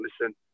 listen